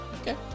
Okay